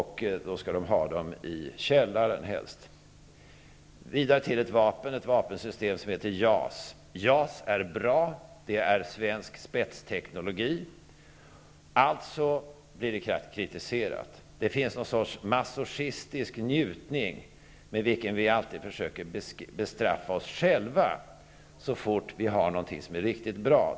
Helst skall de ha vapnen i källaren. Vi har ett vapensystem som heter JAS. JAS är bra. Det är svensk spetsteknologi, alltså blir det kritiserat. Det finns något slags masochistisk njutning med vilken vi alltid försöker bestraffa oss själva så fort vi har något som är riktigt bra.